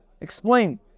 explain